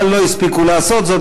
אבל לא הספיקו לעשות זאת,